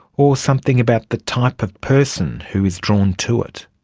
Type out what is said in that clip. or something about the type of person who is drawn to it?